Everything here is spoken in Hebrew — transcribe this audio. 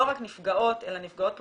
לא רק נפגעות אלא נפגעות פוטנציאליות,